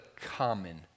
common